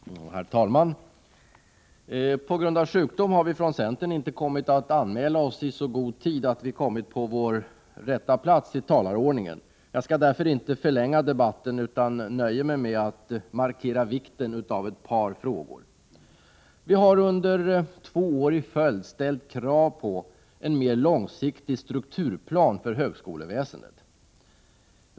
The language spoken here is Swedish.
Herr talman! På grund av sjukdom har vi från centerpartiet inte kommit att anmäla oss i så god tid att vi kommit på vår rätta plats i talarordningen. Jag skall därför inte förlänga debatten, utan nöja mig med att markera vikten av ett par frågor. Vi har under två år i följd ställt krav på en mer långsiktig strukturplan för högskoleväsendet.